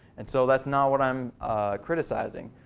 and so that's not what i'm criticizing.